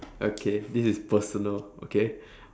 okay this is personal okay